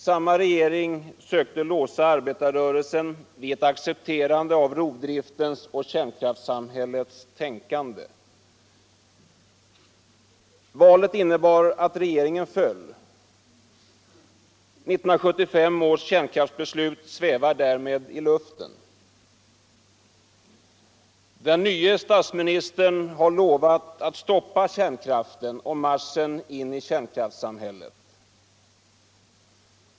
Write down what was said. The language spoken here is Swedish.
Samma regering sökte låsa arbetarrörelsen vid ett aceepterande av rovdriftens och kärnkraftssamhällets tänkande. Valet innebar att regeringen föll. 1975 års kärnkraftsbeslut svävar därmed i luften. Den nyce statsministern har lovat att stoppa kärnkraften och marschen in i kärnkraftssamhället.